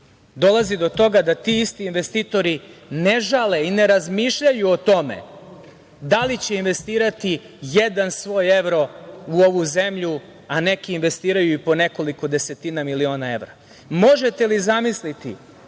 dolazi do toga da ti isti investitori ne žale i ne razmišljaju o tome da li će investirati jedan svoj evro u ovu zemlju, a neki investiraju i po nekoliko desetina miliona evra. Možete li zamisliti,